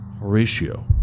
Horatio